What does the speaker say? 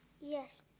Yes